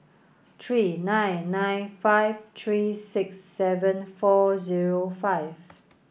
three nine nine five three six seven four zero five